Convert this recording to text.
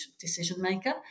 decision-maker